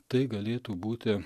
tai galėtų būti